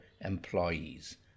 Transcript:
employees